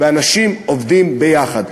ואנשים עובדים ביחד.